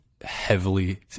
heavily